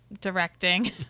directing